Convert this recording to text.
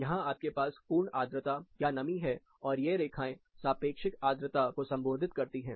यहां आपके पास पूर्ण आर्द्रता या नमी है और ये रेखाएं सापेक्षिक आर्द्रता को संबोधित करती हैं